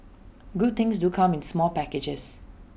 good things do come in small packages